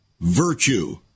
virtue